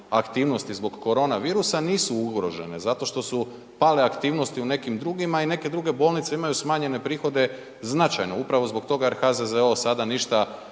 aktivnosti zbog koronavirusa nisu ugrožene, zato što su pale aktivnosti u nekim drugima i neke druge bolnice imaju smanjene prihode značajno upravo zbog toga jer HZZO sada ništa